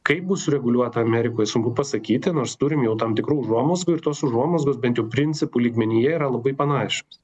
kaip bus sureguliuota amerikoj sunku pasakyti nors turim jau tam tikrų užuomazgų ir tos užuomazgos bent jau principų lygmenyje yra labai panašios